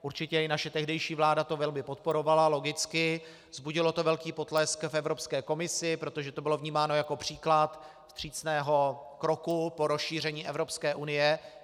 Určitě i naše tehdejší vláda to velmi podporovala, logicky, vzbudilo to velký potlesk v Evropské komisi, protože to bylo vnímáno jako příklad vstřícného kroku po rozšíření Evropské unie.